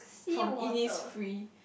from Innisfree